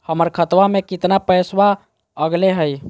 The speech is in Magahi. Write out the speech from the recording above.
हमर खतवा में कितना पैसवा अगले हई?